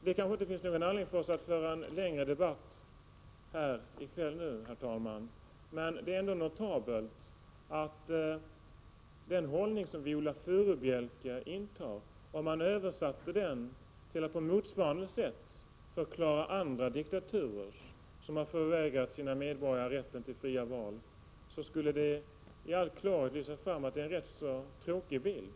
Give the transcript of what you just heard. Det kanske inte finns någon anledning att föra en längre debatt här i kväll, herr talman, men det är notabelt att den hållning som Viola Furubjelke intar, översatt till att på motsvarande sätt förklara varför andra diktaturer har förvägrat sina medborgare rätten till fria val, framstår som en tråkig bild.